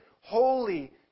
holy